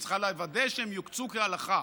היא צריכה לוודא שהם יוקצו כהלכה,